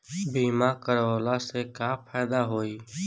बीमा करवला से का फायदा होयी?